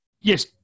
Yes